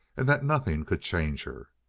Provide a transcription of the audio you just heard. and that nothing could change her.